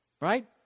right